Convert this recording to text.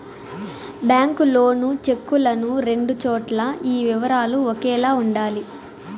bank లోను చెక్కులను రెండు చోట్ల ఈ వివరాలు ఒకేలా ఉండాలి